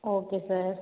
okay sir